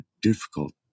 difficult